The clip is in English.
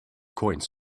coins